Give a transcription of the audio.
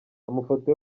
amafoto